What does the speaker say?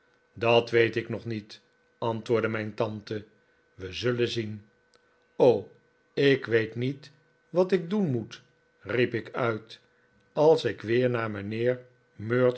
dat weet ik nog niet antwoordde mijn tante wij zullen zien ik weet niet wat ik doen moet riep ik uit als ik weer naar mijnheer